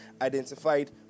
identified